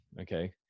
okay